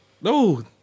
No